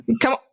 Come